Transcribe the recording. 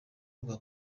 rwa